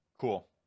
cool